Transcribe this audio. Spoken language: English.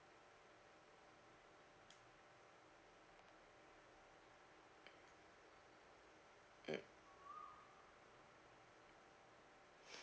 mm